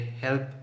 help